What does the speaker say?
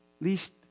least